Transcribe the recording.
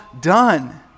done